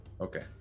Okay